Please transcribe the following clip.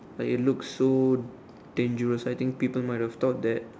like it looks so dangerous I think people might have thought that